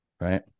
Right